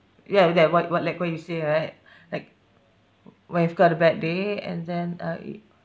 ya like what what like what you say right like well you've got a bad day and then I